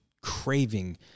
craving